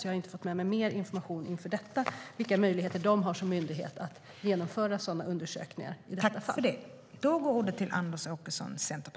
Jag har inte fått mer information inför denna debatt om vilka möjligheter de som myndighet har att genomföra sådana undersökningar i detta fall.